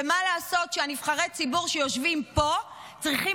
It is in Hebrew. ומה לעשות שנבחרי הציבור שיושבים פה צריכים